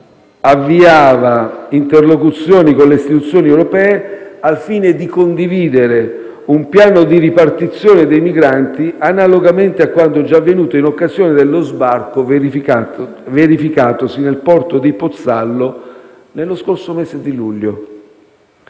avviava interlocuzioni con le istituzioni europee, al fine di condividere un piano di ripartizione dei migranti, analogamente a quanto già avvenuto in occasione dello sbarco verificatosi nel porto di Pozzallo, nello scorso mese di luglio.